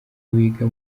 wiga